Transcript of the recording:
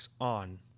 on